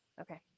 Okay